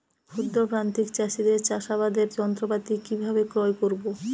ক্ষুদ্র প্রান্তিক চাষীদের চাষাবাদের যন্ত্রপাতি কিভাবে ক্রয় করব?